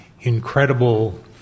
incredible